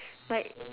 like